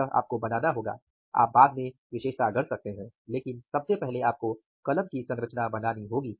इसलिए आपको बनाना होगा आप बाद में विशेषता गढ़ सकते हैं लेकिन सबसे पहले आपको कलम की संरचना बनानी होगी